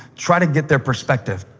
try to get their perspective.